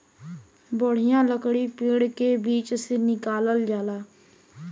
बढ़िया लकड़ी पेड़ के बीच से निकालल जाला